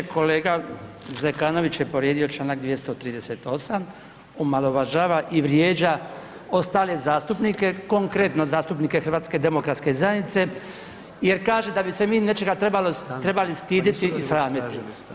Kolega Zekanović je povrijedio čl. 238. omalovažava i vrijeđa ostale zastupnike, konkretno zastupnike HDZ-a jer kaže da bi se mi nečega trebali stiditi i sramiti.